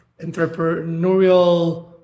entrepreneurial